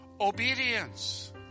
obedience